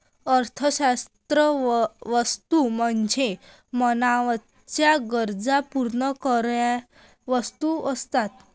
अर्थशास्त्रात वस्तू म्हणजे मानवाच्या गरजा पूर्ण करणाऱ्या वस्तू असतात